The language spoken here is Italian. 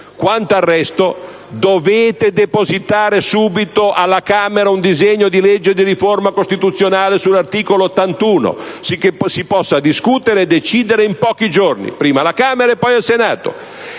Quanto al resto, dovete depositare subito alla Camera un disegno di legge di riforma costituzionale sull'articolo 81, cosicché si possa discutere e decidere in pochi giorni, prima alla Camera e poi al Senato.